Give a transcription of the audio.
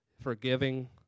forgiving